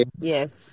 Yes